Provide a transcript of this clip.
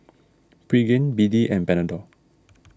Pregain B D and Panadol